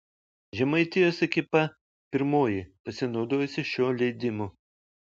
žemaitijos ekipa pirmoji pasinaudojusi šiuo leidimu